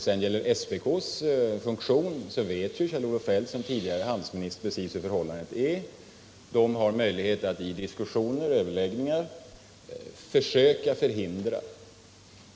Vad gäller SPK:s funktion vet ju Kjell-Olof Feldt såsom tidigare handelsminister precis hur förhållandena är: SPK har möjligheter att i diskussioner och överläggningar försöka förhindra prishöjningar.